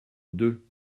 deux